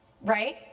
right